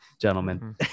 gentlemen